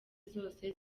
zose